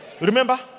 Remember